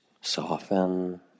soften